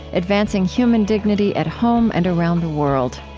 advancing human dignity at home and around the world.